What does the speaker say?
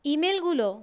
ইমেলগুলো